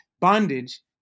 bondage